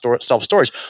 self-storage